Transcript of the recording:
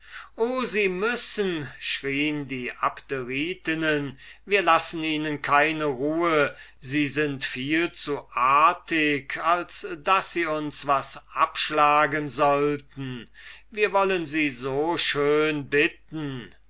o sie müssen schrien die abderitinnen wir lassen ihnen keine ruhe sie sind viel zu artig als daß sie uns was abschlagen sollten wir wollen sie so schön bitten